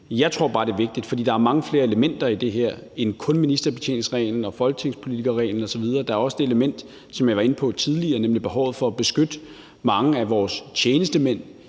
Jeg tror bare, det er vigtigt, for der er mange flere elementer i det her end kun ministerbetjeningsreglen og folketingspolitikerreglen osv. Der er også det element, som jeg var inde på tidligere, nemlig behovet for at beskytte mange af vores tjenestemænd